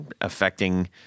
affecting